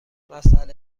مساله